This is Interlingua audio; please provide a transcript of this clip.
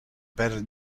per